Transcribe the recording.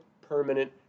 permanent